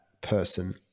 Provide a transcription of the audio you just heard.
person